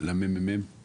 למרכז המחקר והמידע.